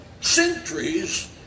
centuries